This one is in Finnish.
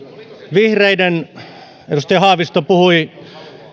vihreiden edustaja haavisto puhui